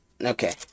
okay